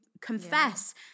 confess